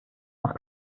nach